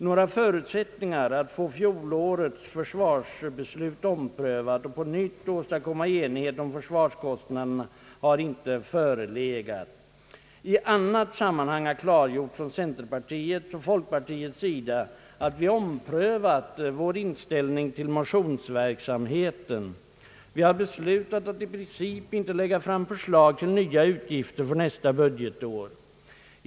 Några förutsättningar att få fjolårets försvarsbeslut omprövat och på nytt åstadkomma enighet om försvarskostnaderna har inte förelegat. I annat sammanhang har klargjorts från centerpartiets och folkpartiets sida att vi omprövat vår inställning till motionsverksamheten. Vi har beslutat att i princip inte lägga fram förslag till nya utgifter för nästa budgetår.